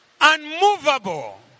unmovable